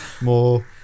more